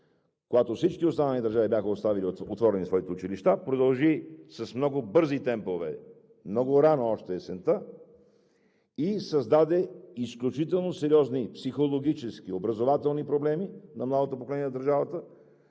причини всички останали държави бяха оставили отворени своите училища. Продължи с много бързи темпове, много рано още от есента и създаде изключително сериозни психологически и образователни проблеми на младото поколение на държавата.